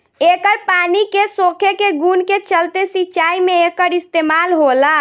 एकर पानी के सोखे के गुण के चलते सिंचाई में एकर इस्तमाल होला